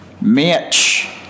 Mitch